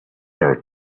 her